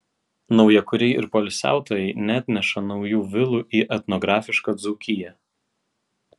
naujakuriai ir poilsiautojai neatneša naujų vilų į etnografišką dzūkiją